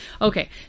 Okay